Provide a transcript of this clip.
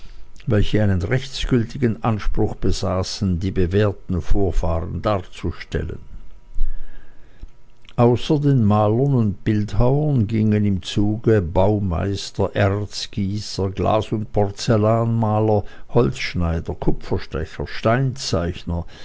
welche einen rechtsgültigen anspruch besaßen die bewährten vorfahren darzustellen außer den malern und bildhauern gingen im zuge baumeister erzgießer glas und porzellanmaler holzschneider kupferstecher